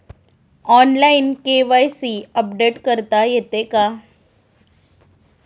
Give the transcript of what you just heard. Online KYC update करता येते का?